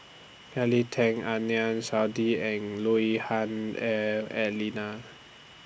Kelly Tang Adnan Saidi and Lui Hah Elena